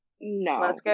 No